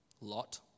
Lot